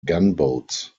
gunboats